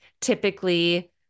Typically